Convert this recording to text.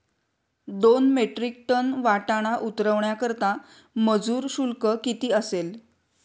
दोन metric ton वाटाणा उतरवण्याकरता मजूर शुल्क किती असेल?